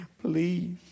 please